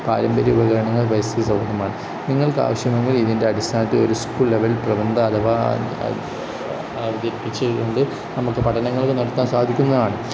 പാരമ്പര്യ ഉപകരണങ്ങൾ പരിസ്ഥിതി സൗക്യമാണ് നിങ്ങൾക്ക് ആവശ്യങ്ങൾ ഇതിൻ്റെ അടിസ്ഥാനത്തിൽ ഒരു സ്കൂൾ ലെവൽ പ്രബന്ധം അവതരിപ്പിച്ച് കൊണ്ട് നമുക്ക് പഠനങ്ങൾക്ക് നടത്താൻ സാധിക്കുന്നതാണ്